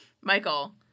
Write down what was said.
Michael